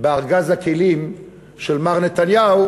בארגז הכלים של מר נתניהו,